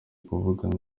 kuvugana